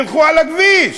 ילכו על הכביש,